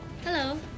Hello